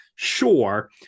Sure